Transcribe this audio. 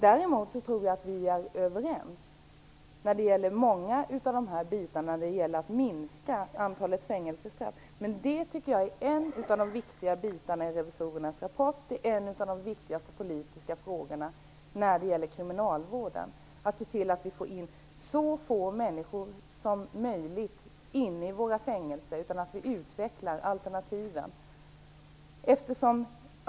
Jag tror emellertid att vi är överens om många bitar när det gäller att minska antalet fängelsestraff. En av de viktiga bitarna i revisorernas rapport och en av de viktigaste politiska frågorna när det gäller kriminalvården är att se till att få så få människor som möjligt i fängelse. I stället skall vi utveckla alternativen.